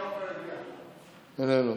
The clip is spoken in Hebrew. איננו.